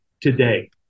today